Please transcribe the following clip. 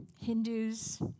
Hindus